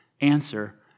answer